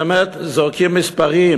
באמת זורקים מספרים,